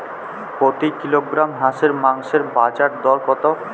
প্রতি কিলোগ্রাম হাঁসের মাংসের বাজার দর কত?